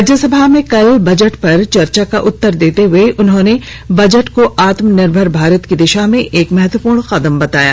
राज्यसभा में कल बजट पर चर्चा का उत्तर देते हुए उन्होंने बजट को आत्मनिर्भर भारत की दिशा में एक महत्वपूर्ण कदम बताया